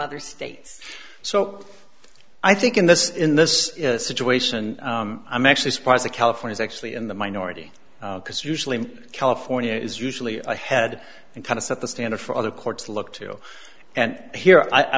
other states so i think in this in this situation i'm actually surprised that california is actually in the minority because usually california is usually ahead and kind of set the standard for other courts look to and here i